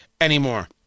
anymore